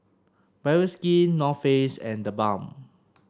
Bioskin North Face and TheBalm